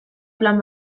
plan